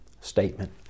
statement